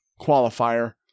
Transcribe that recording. qualifier